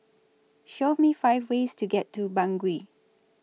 Show Me five ways to get to Bangui